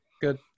good